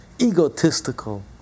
egotistical